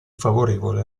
favorevole